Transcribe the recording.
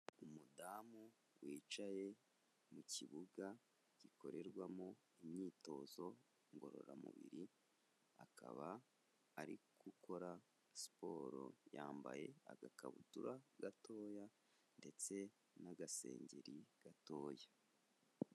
Umudamu wicaye mu kibuga gikorerwamo imyitozo ngororamubiri, akaba ari gukora siporo yambaye agakabutura gatoya ndetse n'agasengeri gatoya.